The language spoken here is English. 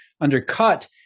undercut